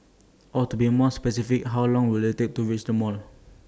or to be more specific how long will IT take to reach the mall